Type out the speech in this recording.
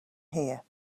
here